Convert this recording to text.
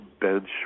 bench